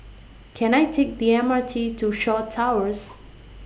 Can I Take The M R T to Shaw Towers